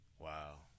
Wow